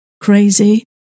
crazy